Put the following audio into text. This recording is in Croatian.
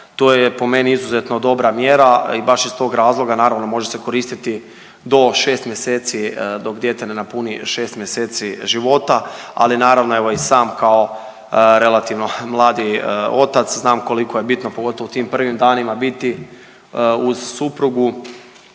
To je po meni izuzetno dobra mjera i baš iz tog razloga naravno može se koristiti do 6 mjeseci dok dijete ne napuni 6 mjeseci života, ali naravno i sam kao relativno mladi otac znam koliko je bitno pogotovo u tim prvim danima biti uz suprugu